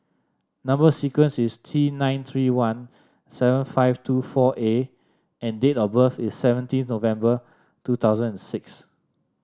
number sequence is T nine three one seven five two four A and date of birth is seventeen November two thousand and six